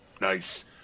Nice